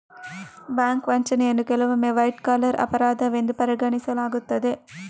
bank ವಂಚನೆಯನ್ನು ಕೆಲವೊಮ್ಮೆ white collar ಅಪರಾಧವೆಂದು ಪರಿಗಣಿಸಲಾಗುತ್ತದೆ